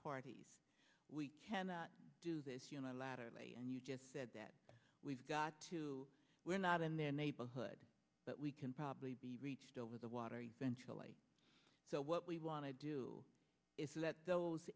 parties we can do this unilaterally and you just said that we've got to we're not in the neighborhood but we can probably be reached over the water eventually so what we want to do is let those